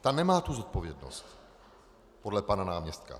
Ta nemá tu zodpovědnost podle pana náměstka.